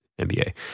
NBA